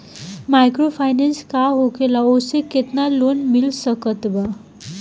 Microfinance का होखेला और ओसे केतना लोन मिल सकत बा?